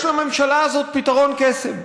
יש לממשלה הזאת פתרון קסם,